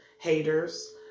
haters